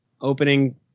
opening